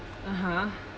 (uh huh)